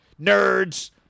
nerds